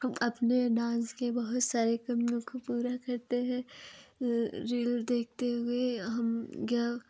हम अपने डांस के बहुत सारे कमियों को पूरा करते हैं रील देखते हुए हम यह